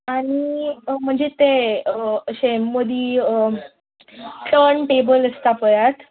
आनी म्हणजे तें अशें मदीं टर्न टेबल आसता पळयात